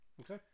Okay